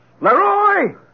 Leroy